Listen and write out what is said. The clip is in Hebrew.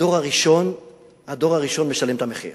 הדור הראשון משלם את המחיר.